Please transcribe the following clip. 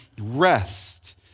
rest